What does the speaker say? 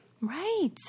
Right